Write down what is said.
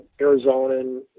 Arizona